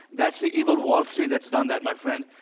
that's the evil wall street that's done that, my friend.